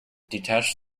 detach